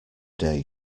day